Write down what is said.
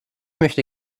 möchte